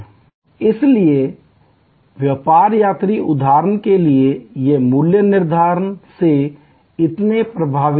इसलिए व्यापार यात्री उदाहरण के लिए वे मूल्य निर्धारण से इतने प्रभावित नहीं हैं